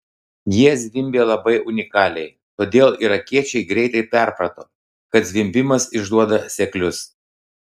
jie zvimbė labai unikaliai todėl irakiečiai greitai perprato kad zvimbimas išduoda seklius